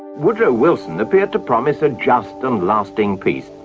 woodrow wilson appeared to promise a just and lasting peace.